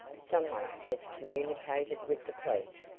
someone has communicated with the police.